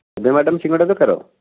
ଏବେ ମ୍ୟାଡ଼ାମ ସିଙ୍ଗଡ଼ା ଦରକାର